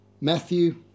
Matthew